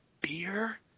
beer